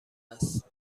است